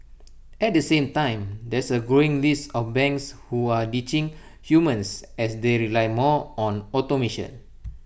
at the same time there's A growing list of banks who are ditching humans as they rely more on automation